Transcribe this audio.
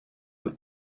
were